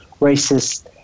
racist